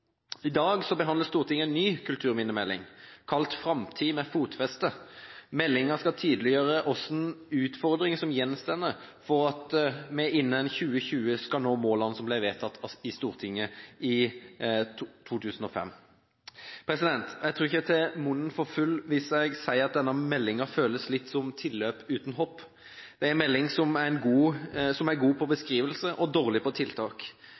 behandler Stortinget en ny kulturminnemelding kalt Framtid med fotfeste. Meldingen skal tydeliggjøre hvilke utfordringer som gjenstår for at vi innen 2020 skal nå målene som ble vedtatt i Stortinget i 2005. Jeg tror ikke jeg tar munnen for full hvis jeg sier at denne meldingen føles litt som tilløp uten hopp. Det er en melding som er god på beskrivelse og dårlig på tiltak.